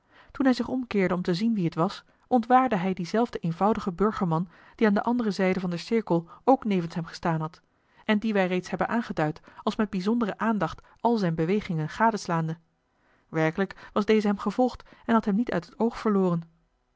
toen hij zich omkeerde om te zien wie het was ontwaarde hij dienzelfden eenvoudigen burgerman die aan de andere zijde van den cirkel ook nevens hem gestaan had en dien wij reeds hebben aangeduid als met bijzondere aandacht al zijn bewegingen gadeslaande werkelijk was deze hem gevolgd en had hem niet uit het oog verloren